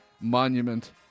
Monument